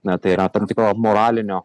na tai yra tam tikro moralinio